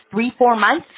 three, four months,